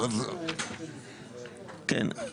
כן.